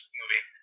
movie